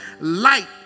light